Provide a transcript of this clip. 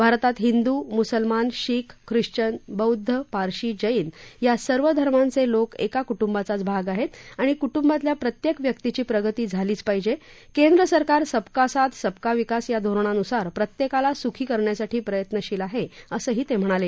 भारतात हिंदू मुसलमान शीख ख्रिश्वन बौद्ध पारशी जैन या सर्व धर्मांचे लोक एका कुटुंबाचाच भाग आहेत आणि कुटुंबातील प्रत्येक व्यक्तीची प्रगती झालीच पाहिजे केंद्र सरकार सबका साथ सबका विकास या धोरणानुसार प्रत्येकाला सुखी करण्यासाठी प्रयत्नशील आहे असंही ते म्हणाले